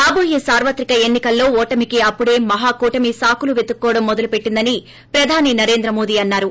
రాబోయే సార్వత్రిక ఎన్ని కల్లో ఓటమికి అప్పుడే మహాకూటమి సాకులు వెతుక్కోవడం మొదలుపెట్లిందని ప్రధాని నరేంద్ర మోదీ అన్నారు